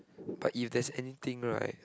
but if there's anything right